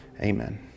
Amen